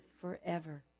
forever